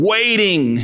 Waiting